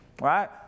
right